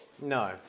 No